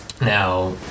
now